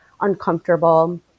uncomfortable